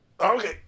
Okay